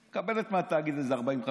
היא מקבלת מהתאגיד איזה 40,000,